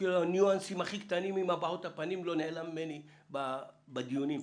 אפילו הניואנסים הכי קטנים עם הבעות הפנים לא נעלמים ממני בדיונים פה.